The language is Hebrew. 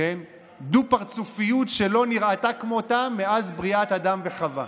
זו דו-פרצופיות שלא נראתה כמותה מאז בריאת אדם וחווה.